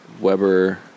Weber